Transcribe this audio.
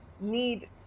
need